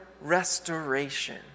restoration